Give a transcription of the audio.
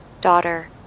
daughter